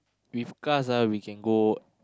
with cars ah we can go